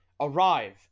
arrive